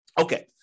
Okay